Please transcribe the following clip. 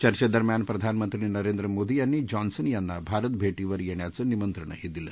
चर्घे दरम्यान प्रधानमंत्री नरेंद्र मोदी यांनी जॉन्सन यांना भारत भेटीवर येण्याचं निमंत्रणही दिलं